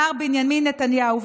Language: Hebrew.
מר בנימין נתניהו,